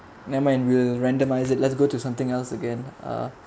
never mind will randomize it let's go to something else again uh